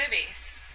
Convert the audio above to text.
movies